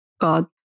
God